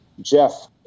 Jeff